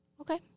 Okay